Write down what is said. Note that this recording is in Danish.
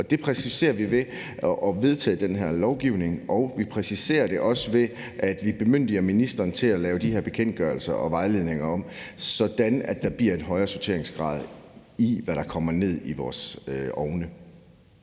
det præciserer vi ved at vedtage det her lovforslag. Vi præciserer det også, ved at vi bemyndiger ministeren til at lave de her bekendtgørelser og vejledninger om, sådan at der bliver en højere sorteringsgrad i, hvad der kommer ned i vores ovne.